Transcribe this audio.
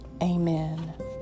Amen